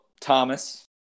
Thomas